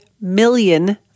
million